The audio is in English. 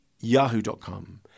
yahoo.com